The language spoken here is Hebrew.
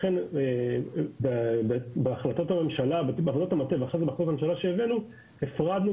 לכן בעבודת המטה שהבאנו להחלטת הממשלה הפרדנו